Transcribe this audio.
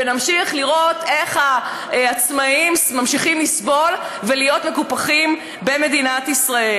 ונמשיך לראות איך העצמאים ממשיכים לסבול ולהיות מקופחים במדינת ישראל.